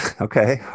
Okay